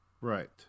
Right